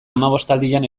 hamabostaldian